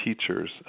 Teachers